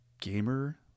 gamer